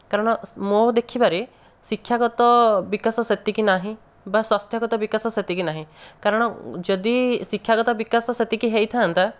କାରଣ ମୋ ଦେଖିବାରେ ଶିକ୍ଷାଗତ ବିକାଶ ସେତିକି ନାହିଁ ବା ସ୍ୱାସ୍ଥ୍ୟଗତ ବିକାଶ ସେତିକି ନାହିଁ କାରଣ ଯଦି ଶିକ୍ଷାଗତ ବିକାଶ ସେତିକି ହୋଇଥାନ୍ତା